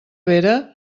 vera